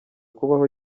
kubaho